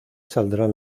saldrán